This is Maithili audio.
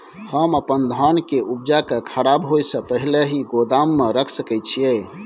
हम अपन धान के उपजा के खराब होय से पहिले ही गोदाम में रख सके छी?